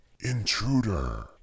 Intruder